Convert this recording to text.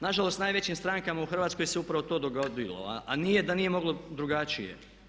Nažalost najvećim strankama u Hrvatskoj se upravo to dogodilo a nije da nije moglo drugačije.